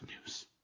news